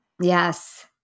yes